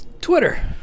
twitter